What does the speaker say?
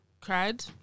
Cried